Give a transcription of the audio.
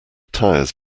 tires